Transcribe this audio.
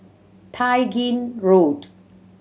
Tai Gin Road